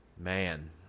Man